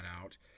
out